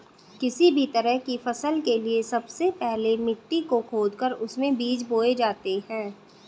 किसी भी तरह की फसल के लिए सबसे पहले मिट्टी को खोदकर उसमें बीज बोए जाते हैं